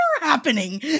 happening